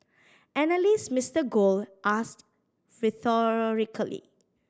analyst Mister Gold asked rhetorically